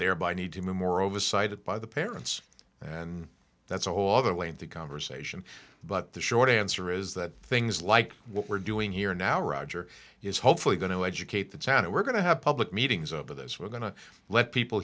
thereby need to move more oversight by the parents and that's a whole other way in the conversation but the short answer is that things like what we're doing here now roger is hopefully going to educate the town and we're going to have public meetings over this we're going to let people